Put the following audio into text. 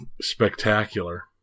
spectacular